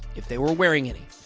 if they were wearing any.